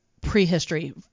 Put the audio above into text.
prehistory